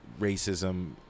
racism